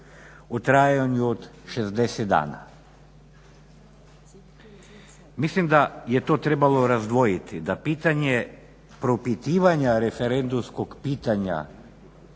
u trajanju od 60 dana. Mislim da je to trebalo razdvojiti, da pitanje propitivanja referendumskog pitanja